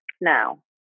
now